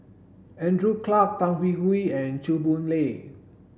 Andrew Clarke Tan Hwee Hwee and Chew Boon Lay